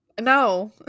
No